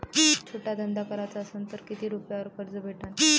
छोटा धंदा कराचा असन तर किती रुप्यावर कर्ज भेटन?